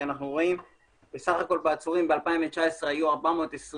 אנחנו רואים שסך הכול בעצורים: ב-2019 היו 424